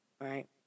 right